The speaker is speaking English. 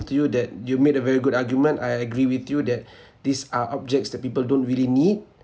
to you that you made a very good argument I agree with you that these are objects that people don't really need